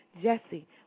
Jesse